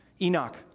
Enoch